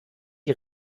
die